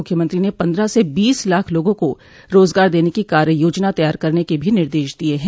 मुख्यमंत्री ने पन्द्रह से बीस लाख लोगों को राजगार देने की कार्य योजना तैयार करने के भी निर्देश दिये हैं